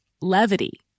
Levity